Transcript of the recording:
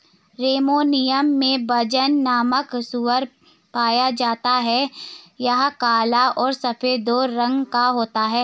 Romania में Bazna नामक सूअर पाया जाता है यह काला और सफेद दो रंगो का होता है